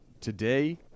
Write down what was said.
Today